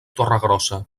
torregrossa